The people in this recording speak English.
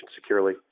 securely